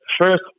first